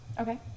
Okay